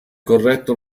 corretto